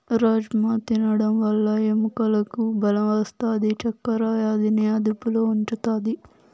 రాజ్మ తినడం వల్ల ఎముకలకు బలం వస్తాది, చక్కర వ్యాధిని అదుపులో ఉంచుతాది